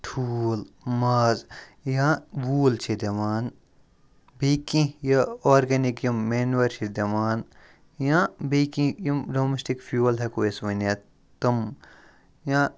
ٹھوٗل ماز یا ووٗل چھِ دِوان بیٚیہِ کیٚنٛہہ یہِ آرگینِک یِم مینوَر چھِ دِوان یا بیٚیہِ کیٚنٛہہ یِم ڈومیٚسٹِک فیوَل ہیٚکو أسۍ ؤنِتھ تِم یا